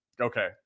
okay